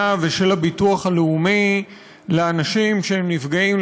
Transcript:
ושל הביטוח הלאומי לאנשים שהם נפגעים,